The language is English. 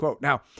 Now